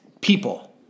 people